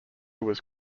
was